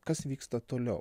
kas vyksta toliau